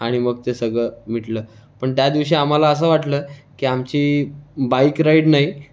आणि मग ते सगळं मिटलं पण त्या दिवशी आम्हाला असं वाटलं की आमची बाईक राईड नाही